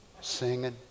singing